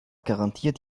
garantiert